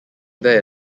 there